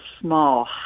small